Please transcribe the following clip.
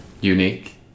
Unique